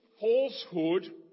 falsehood